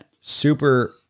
super